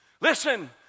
Listen